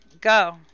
Go